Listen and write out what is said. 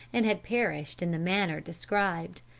and had perished in the manner described.